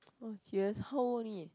oh dears how old only